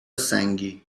سنگی